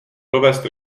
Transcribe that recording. provést